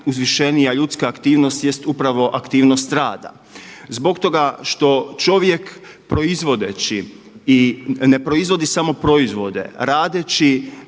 ljudska aktivnost jest upravo aktivnost rada. Zbog toga što čovjek proizvodeći i ne proizvodi samo proizvode, radeći